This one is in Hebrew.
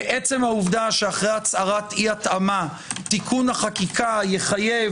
עצם העובדה שאחרי הצהרת אי התאמה תיקון החקיקה יחייב